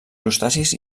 crustacis